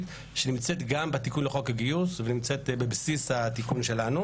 שנמצאת גם בתיקון לחוק הגיוס ונמצאת בבסיס התיקון שלנו.